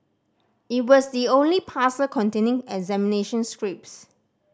it was the only parcel containing examination scripts